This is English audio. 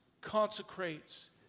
consecrates